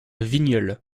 vigneulles